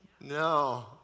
No